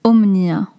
Omnia